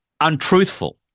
untruthful